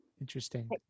interesting